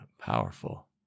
powerful